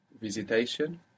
Visitation